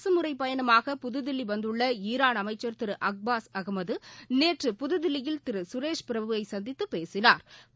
அரசுமுறைப் பயணமாக புதுதில்லிவந்துள்ளஈரான் அமைச்சர் திருஅக்பாஸ் அகமதநேற்று புதுதில்லியில் திருசுரேஷ் பிரபுவை சந்தித்துபேசினாா்